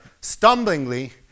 stumblingly